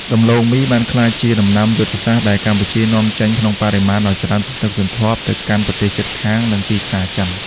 ដំឡូងមីបានក្លាយជាដំណាំយុទ្ធសាស្ត្រដែលកម្ពុជានាំចេញក្នុងបរិមាណដ៏ច្រើនសន្ធឹកសន្ធាប់ទៅកាន់ប្រទេសជិតខាង និងទីផ្សារចិន។